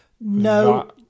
no